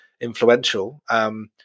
influential